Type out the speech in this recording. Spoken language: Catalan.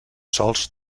sols